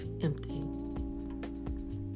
empty